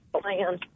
plan